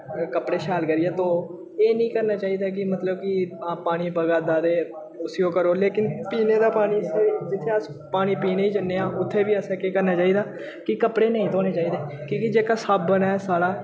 अगर कपड़े शैल करियै धोवो एह् नेईं करना चाहिदा मतलब कि पानी बगा दा ते उसी ओह् करो लेकिन पीने दा पानी जित्थें अस पानी पीने जन्नै आ उत्थें बी असें केह् करना चाहिदा कि कपड़े नेईं धोने चाहिदे कि के जेह्का साबन ऐ साढ़ा